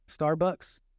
Starbucks